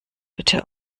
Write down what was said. bitte